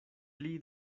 pli